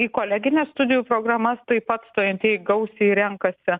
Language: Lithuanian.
į kolegines studijų programas taip pat stojantieji gausiai renkasi